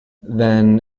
then